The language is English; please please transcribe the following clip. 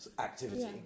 activity